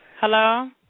Hello